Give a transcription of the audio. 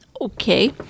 okay